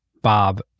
Bob